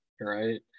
right